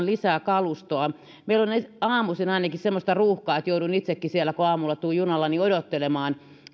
lisää kalustoa meillä on aamuisin ainakin semmoista ruuhkaa että joudun itsekin siellä kun aamulla tulen junalla odottelemaan